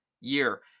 year